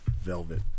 Velvet